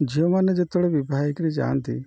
ଝିଅମାନେ ଯେତେବେଳେ ବିଭା ହେଇକିରି ଯାଆନ୍ତି